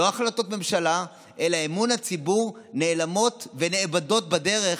לא החלטות ממשלה, אלא אמון הציבור נעלם ואובד בדרך